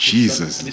Jesus